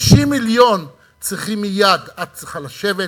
50 מיליון צריכים מייד, את צריכה לשבת,